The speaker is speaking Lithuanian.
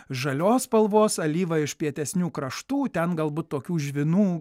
žalios spalvos alyva iš pietesnių kraštų ten galbūt tokių žvynų